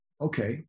okay